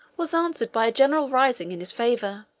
was answered by a general rising in his favor.